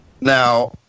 Now